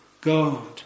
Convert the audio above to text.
God